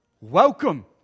welcome